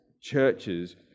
churches